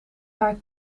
haar